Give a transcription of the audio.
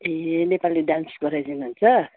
ए Nepali dance गराइदिनु हुन्छ